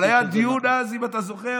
אבל היה אז דיון מאוד ער, אם אתה זוכר.